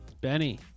Benny